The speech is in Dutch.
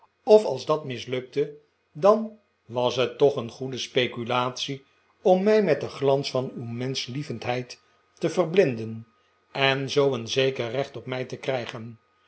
of als dat mislukte dan was het toch een goede speculatie om mij met den glans van uw menschlievendheid te verblinden en zoo een zeker recht op mij te krijgen